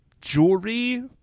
jewelry